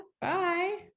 Bye